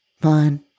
Fine